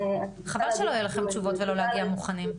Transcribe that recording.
חבל שלא יהיה לכם תשובות ולא להגיע מוכנים.